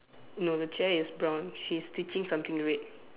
no the chair is brown she's stitching something red